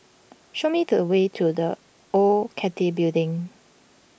show me the way to the Old Cathay Building